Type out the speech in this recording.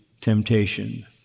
temptation